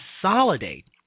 consolidate